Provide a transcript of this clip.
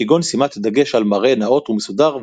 כגון שימת דגש על מראה נאות ומסודר,